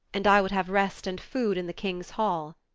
and i would have rest and food in the king's hall,